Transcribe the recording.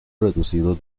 reducido